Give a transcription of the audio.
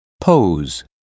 pose